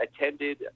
attended